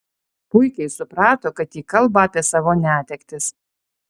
puikiai suprato kad ji kalba apie savo netektis